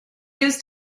used